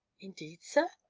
indeed, sir!